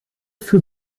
für